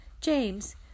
James